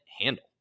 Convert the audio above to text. handle